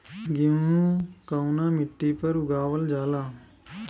गेहूं कवना मिट्टी पर उगावल जाला?